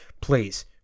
please